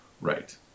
Right